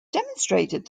demonstrated